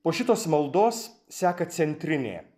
po šitos maldos seka centrinė